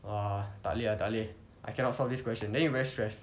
!wah! tak boleh ah tak boleh I cannot solve this question then you very stress